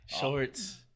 Shorts